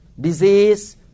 disease